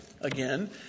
again